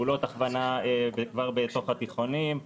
פעולות הכוונה כבר בתוך התיכונים,